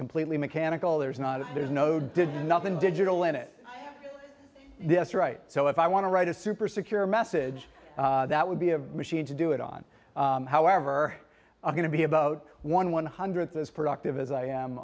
completely mechanical there's not there's no did nothing digital in it this right so if i want to write a super secure message that would be a machine to do it on however i'm going to be about one one hundredth as productive as i am